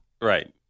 Right